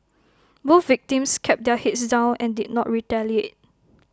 both victims kept their heads down and did not retaliate